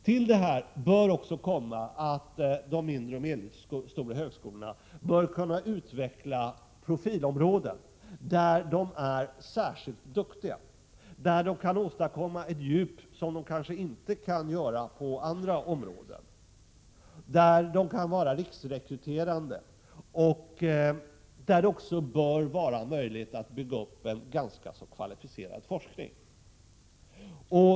Till detta bör också komma att de mindre och medelstora högskolorna bör kunna utveckla profilområden där de är särskilt duktiga, där de kan åstadkomma ett djup som de kanske inte kan göra på andra områden. De bör kunna utveckla profilområden där de kan vara riksrekryterande och där de bör kunna bygga upp ganska kvalificerad forskning.